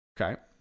Okay